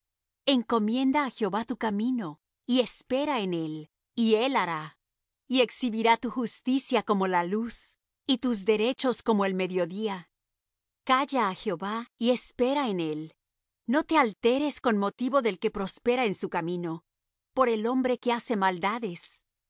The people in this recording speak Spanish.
encomienda á jehová tu camino y espera en él y él hará y exhibirá tu justicia como la luz y tus derechos como el medio día calla á jehová y espera en él no te alteres con motivo del que prospera en su camino por el hombre que hace maldades